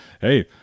hey